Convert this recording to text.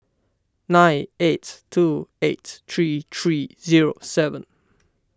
nine eight two eight three three zero seven